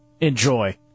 enjoy